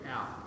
out